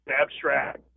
abstract